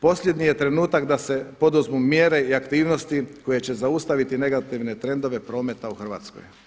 Posljednji je trenutak da se poduzmu mjere i aktivnosti koje će zaustaviti negativne trendove prometa u Hrvatskoj.